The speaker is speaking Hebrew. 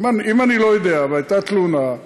אם אני לא יודע, והייתה תלונה,